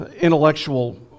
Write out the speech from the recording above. intellectual